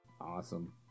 Awesome